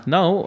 Now